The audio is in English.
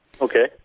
Okay